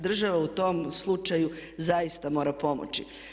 Država u tom slučaju zaista mora pomoći.